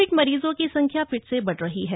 Covid मरीजों की संख्या फिर से बढ़ रही है